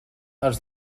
els